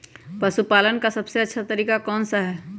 पशु पालन का सबसे अच्छा तरीका कौन सा हैँ?